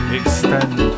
extend